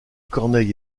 cornell